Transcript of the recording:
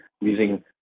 using